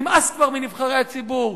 נמאס כבר מנבחרי הציבור,